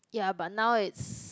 ya but now it's